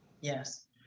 Yes